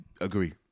agree